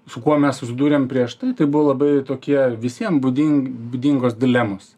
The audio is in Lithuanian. su kuo mes susidūrėm prieš tai tai buvo labai tokie visiem būdin būdingos dilemos